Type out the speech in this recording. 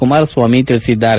ಕುಮಾರಸ್ವಾಮಿ ಹೇಳಿದ್ದಾರೆ